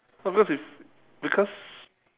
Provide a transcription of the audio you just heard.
no because if because